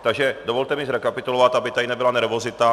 Takže mi to dovolte zrekapitulovat, aby tady nebyla nervozita.